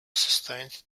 sustained